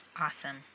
awesome